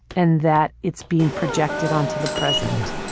and that it's being projected onto the present.